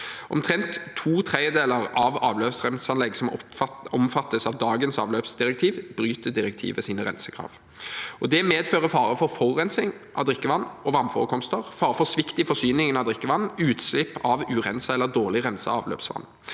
Omtrent to tredjedeler av avløpsrenseanlegg som omfattes av dagens avløpsdirektiv, bryter direktivets rensekrav. Det medfører fare for forurensning av drikkevann og vannforekomster, fare for svikt i forsyningen av drikkevann og utslipp av urenset eller dårlig renset avløpsvann.